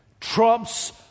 trumps